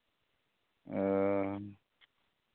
ᱚ